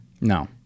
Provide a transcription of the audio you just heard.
No